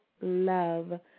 love